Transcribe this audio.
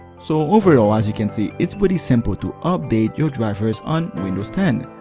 so overall, as you can see, it's pretty simple to update your drivers on windows ten.